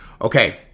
Okay